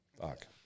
Fuck